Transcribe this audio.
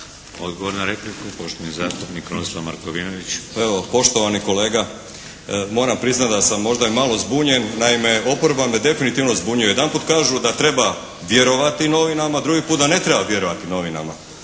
Odgovor na repliku poštovani zastupnik Krunoslav Markovinović. **Markovinović, Krunoslav (HDZ)** Pa evo, poštovani kolega moram priznati da sam možda i malo zbunjen. Naime, oporba me definitivno zbunjuje. Jedanput kažu da treba vjerovati novinama, drugi put da ne treba vjerovati novinama.